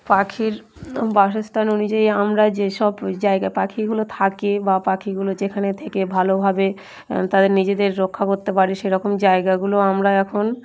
পাখির বাসস্থান অনুযায়ী আমরা যেসব জায়গায় পাখিগুলো থাকে বা পাখিগুলো যেখানে থেকে ভালোভাবে তাদের নিজেদের রক্ষা করতে পারে সেরকম জায়গাগুলো আমরা এখন